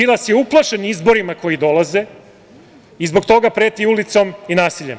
Đilas je uplašen izborima koji dolaze i zbog toga preti ulicom i nasiljem.